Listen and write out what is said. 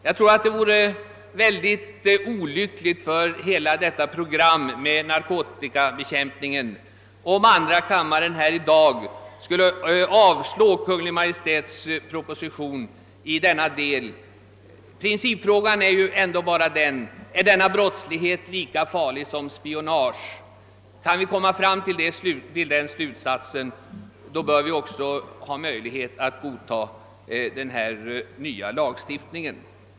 Jag tror att det vore mycket olyckligt för hela programmet för narkotikabekämpningen om andra kammaren i dag skulle avslå Kungl. Maj:ts proposition i denna del. Principfrågan är ju ändå bara den: Är denna brottslighet lika farlig som spionage? Kan vi komma fram till den slutsatsen, då bör vi också kunna godta den nya lagstiftningen.